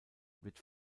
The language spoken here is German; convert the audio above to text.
wird